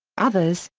others,